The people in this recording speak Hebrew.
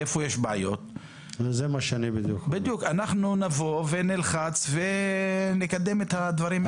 איפה יש בעיות ואנחנו נלך ונלחץ ונקדם את הדברים.